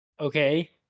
Okay